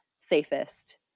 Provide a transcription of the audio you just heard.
safest